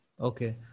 okay